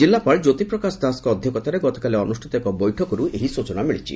ଜିଲ୍ଲାପାଳ ଜ୍ୟୋତିପ୍ରକାଶ ଦାସଙ୍କ ଅଧ୍ୟକ୍ଷତାରେ ଗତକାଲି ଅନୁଷ୍ପିତ ଏକ ବୈଠକରୁ ଏହି ସ୍ଚନା ମିଳିଛି